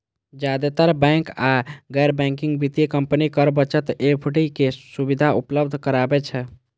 जादेतर बैंक आ गैर बैंकिंग वित्तीय कंपनी कर बचत एफ.डी के सुविधा उपलब्ध कराबै छै